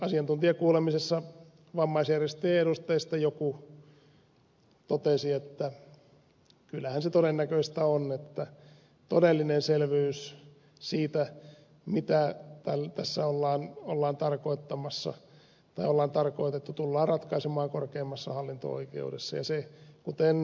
asiantuntijakuulemisessa vammaisjärjestöjen edustajista joku totesi että kyllähän se todennäköistä on että todellinen selvyys siitä mitä tässä ollaan tarkoittamassa tai on tarkoitettu tullaan ratkaisemaan korkeimmassa hallinto oikeudessa ja se kuten ed